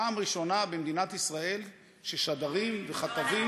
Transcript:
פעם ראשונה במדינת ישראל ששדרים וכתבים,